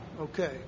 okay